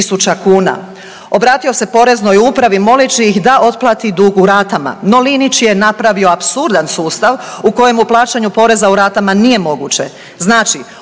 Obratio se Poreznoj upravi moleći ih da otplati dug u ratama. No, Linić je napravio apsurdan sustav u kojemu plaćanje poreza u ratama nije moguće.